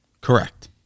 Correct